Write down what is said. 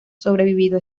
sobrevivido